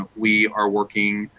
but we are working